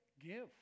give